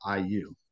IU